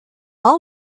all